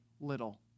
little